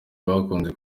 bakunze